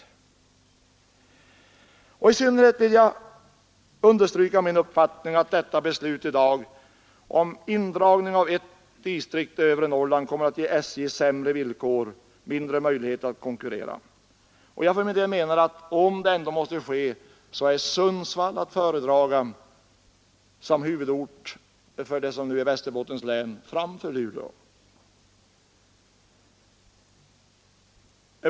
Jag vill i synnerhet understryka att min uppfattning är att beslutet i dag om indragning av ett distrikt i övre Norrland kommer att ge SJ sämre villkor och mindre möjligheter att konkurrera. Jag för min del menar att om det ändå måste ske, så är Sundsvall att föredra som huvudort för det som nu är Västerbottens distrikt framför Luleå.